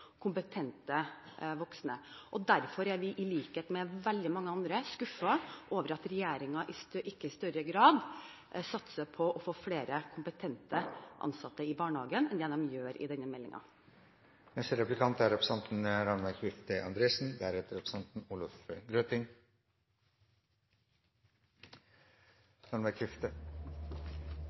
kompetente voksne. Derfor er vi – i likhet med veldig mange andre – skuffet over at regjeringen ikke i større grad satser på å få flere kompetente ansatte i barnehagen enn det de gjør i denne